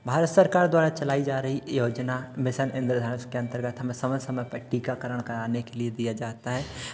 भारत सरकार द्वारा चलाई जा रही योजना मिशन इंद्रधनुष के अंतर्गत हमें समय समय पर टीकाकारण कराने के लिए दिया जाता है